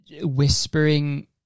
whispering